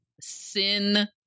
sin